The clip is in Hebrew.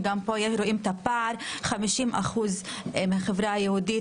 גם פה רואים את הפער: 50% מהחברה היהודית